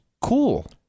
cool